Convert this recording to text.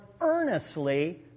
earnestly